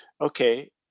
okay